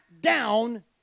down